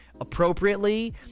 appropriately